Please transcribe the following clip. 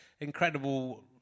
Incredible